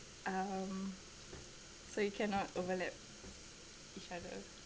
um so you cannot overlap each other